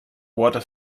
water